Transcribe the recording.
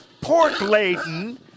pork-laden